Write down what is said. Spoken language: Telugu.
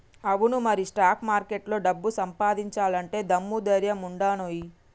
అవును మరి స్టాక్ మార్కెట్లో డబ్బు సంపాదించాలంటే దమ్ము ధైర్యం ఉండానోయ్